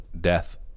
death